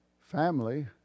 family